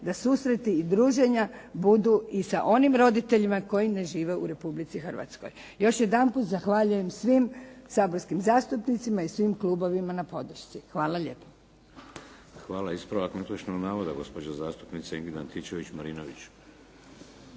da susreti i druženja budu i sa onim roditeljima koji ne žive u Republici Hrvatskoj. Još jedanput zahvaljujem svim saborskim zastupnicima i svim klubovima na podršci. Hvala lijepo. **Šeks, Vladimir (HDZ)** Hvala. Ispravak netočnog navoda, gospođa zastupnica Ingrid Antičević-Marinović.